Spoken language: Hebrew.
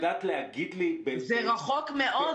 זה רחוק מאוד.